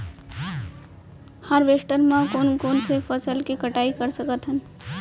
Harvester म कोन कोन से फसल के कटाई कर सकथन?